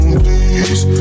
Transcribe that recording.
please